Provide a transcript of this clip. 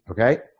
Okay